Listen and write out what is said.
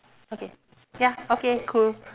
okay ya okay cool